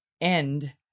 end